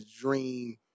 dream